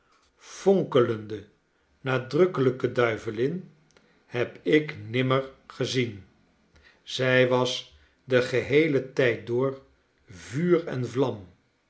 vonkelende nadrukkelijke duivelin heb ik nimmer gezien zij was den geheelen tijd door vuur en vlam